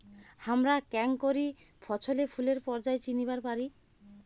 হামরা কেঙকরি ফছলে ফুলের পর্যায় চিনিবার পারি?